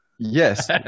Yes